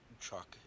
truck